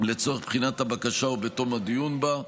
לצורך בחינת הבקשה או בתום הדיון בה,